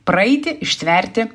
praeiti ištverti